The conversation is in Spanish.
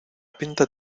pinta